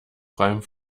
freiem